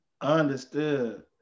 Understood